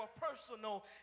personal